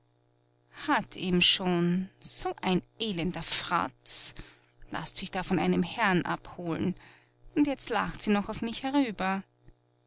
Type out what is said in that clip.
hat ihm schon so ein elender fratz laßt sich da von einem herrn abholen und jetzt lacht sie noch auf mich herüber